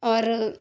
اور